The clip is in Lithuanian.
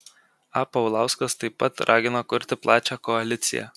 a paulauskas taip pat ragino kurti plačią koaliciją